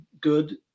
good